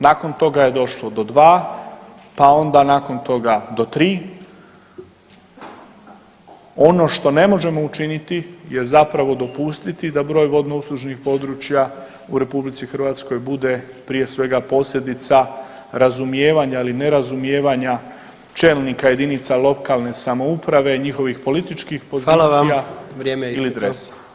Nakon toga je došlo do 2 pa onda nakon toga do 3. Ono što ne možemo učiniti je zapravo dopustiti da broj vodnouslužnih područja u RH bude prije svega posljedica razumijevanja ili ne razumijevanja čelnika jedinica lokalne samouprave, njihovih političkih pozicija [[Upadica: Hvala vam, vrijeme je isteklo.]] ili dresa.